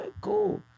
cool